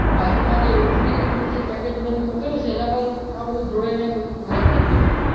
અને બાજુમાં જે રોટલીનું જે પેકેટ તમે મૂકેલું છે એના પર આ બધું ઢોળાઈને બધું ખરાબ કરી નાખ્યું છે